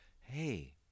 Hey